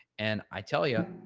and i tell you,